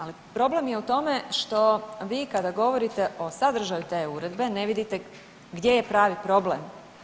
Ali problem je u tome što vi kada govorite o sadržaju te uredbe ne vidite gdje je pravi problem.